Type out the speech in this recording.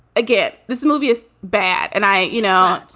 again, this movie is bad. and i you know,